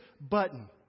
button